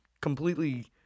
completely